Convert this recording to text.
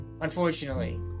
Unfortunately